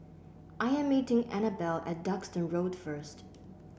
I am meeting Anabelle at Duxton Road first